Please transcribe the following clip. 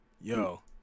Yo